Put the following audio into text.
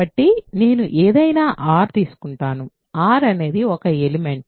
కాబట్టి నేను ఏదైనా r తీసుకుంటాను r అనేది ఒక ఎలిమెంట్